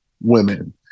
women